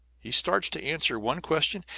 he starts to answer one question,